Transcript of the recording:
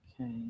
Okay